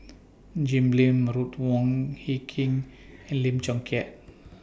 Jim Lim Ruth Wong Hie King and Lim Chong Keat